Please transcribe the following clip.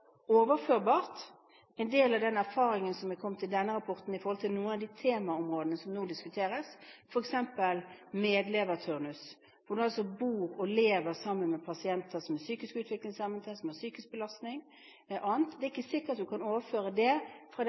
kommet i denne rapporten, er de overførbare til noen av de temaområdene som nå diskuteres – f.eks. medleverturnus, hvor man altså bor og lever sammen med pasienter som er psykisk utviklingshemmede, som har psykisk belastning og annet? Det er ikke sikkert at du kan overføre det fra